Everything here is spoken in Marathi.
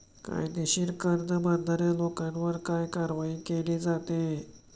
कायदेशीर कर न भरणाऱ्या लोकांवर काय कारवाई केली जाते?